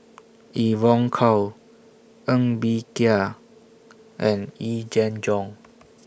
Evon Kow Ng Bee Kia and Yee Jenn Jong